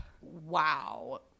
wow